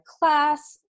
class